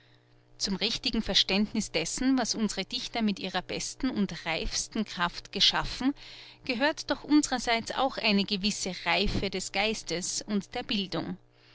zum richtigen verständniß dessen was unsre dichter mit ihrer besten und reifsten kraft geschaffen gehört doch unsrerseits auch eine gewisse reife des geistes und der bildung